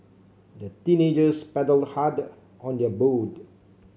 the teenagers paddled hard on their boat